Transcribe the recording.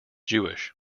jewish